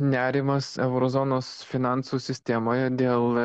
nerimas euro zonos finansų sistemoje dėl